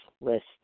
list